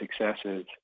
successes